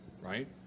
Right